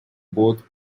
both